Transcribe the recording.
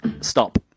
Stop